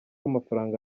amafaranga